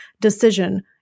decision